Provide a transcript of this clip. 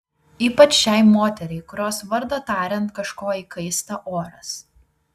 ypač šiai moteriai kurios vardą tariant kažko įkaista oras